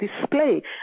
display